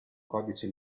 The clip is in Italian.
codice